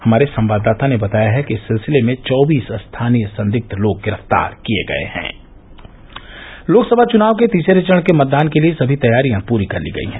हमारे संवाददाता ने बताया है कि इस सिलसिले में चौबीस स्थानीय संदिग्ध लोग गिरफ्तार किए गए में ह लोकसभा चुनाव के तीसरे चरण के मतदान के लिये सभी तैयारियां पूरी कर ली गयीं हैं